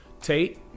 Tate